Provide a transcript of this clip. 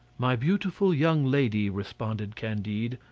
my beautiful young lady, responded candide,